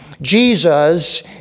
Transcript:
Jesus